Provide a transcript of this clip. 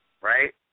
right